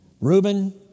Reuben